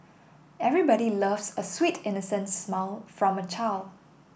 everybody loves a sweet innocent smile from a child